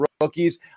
rookies